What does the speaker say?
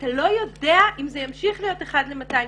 אתה לא יודע אם זה ימשיך להיות אחד ל-200 שנים.